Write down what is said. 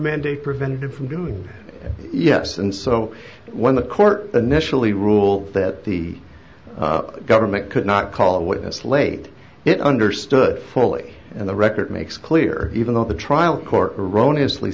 mandate prevented from doing yes and so when the court a nationally rule that the government could not call a witness late it understood fully and the record makes clear even though the trial court erroneous lee